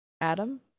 Adam